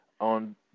on